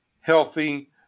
healthy